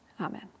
Amen